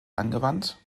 angewandt